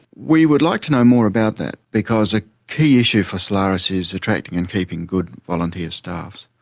we would like to know more about that, because a key issue for solaris is attracting and keeping good volunteer staff.